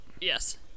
Yes